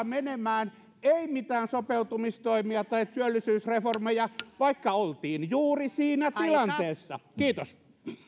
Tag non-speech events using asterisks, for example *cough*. *unintelligible* menemään ei tehty mitään sopeutumistoimia tai työllisyysreformeja vaikka oltiin juuri siinä tilanteessa kiitos